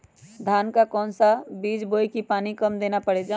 धान का कौन सा बीज बोय की पानी कम देना परे?